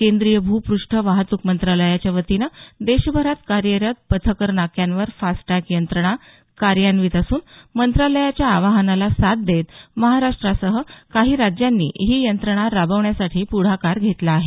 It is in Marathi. केंद्रीय भूपृष्ठ वाहतूक मंत्रालयाच्यावतीनं देशभरात कार्यरत पथ कर नाक्यांवर फास्टॅग यंत्रणा कार्यान्वित असून मंत्रालयाच्या आवाहनाला साद देत महाराष्ट्रासह काही राज्यांनी ही यंत्रणा राबवण्यासाठी पुढाकार घेतला आहे